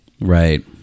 Right